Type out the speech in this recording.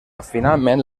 finalment